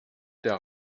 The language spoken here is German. der